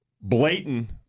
blatant